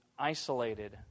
isolated